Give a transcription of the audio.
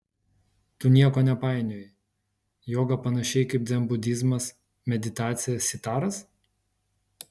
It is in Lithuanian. tu nieko nepainioji joga panašiai kaip dzenbudizmas meditacija sitaras